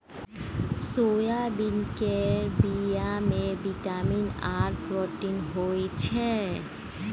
soybean केर बीया मे बिटामिन आर प्रोटीन होई छै